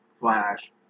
Flash